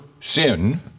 sin